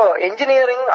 engineering